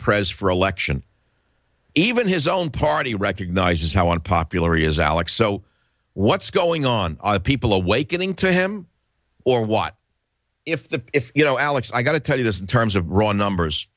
pres for election even his own party recognizes how unpopular he is alex so what's going on people awakening to him or what if the if you know alex i got to tell you this in terms of raw numbers